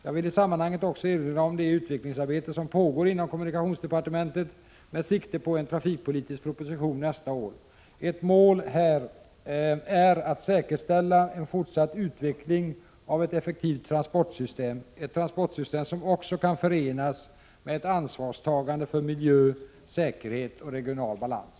Jag vill i sammanhanget också erinra om det utvecklingsarbete som pågår inom kommunikationsdepartementet med sikte på en trafikpolitisk proposition nästa år. Ett mål är här att säkerställa en fortsatt utveckling av ett effektivt transportsystem — ett transportsystem som också kan förenas med ett ansvarstagande för miljö, säkerhet och regional balans.